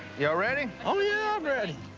y'all ready? oh, yeah, i'm ready.